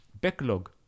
backlog